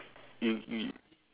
you y~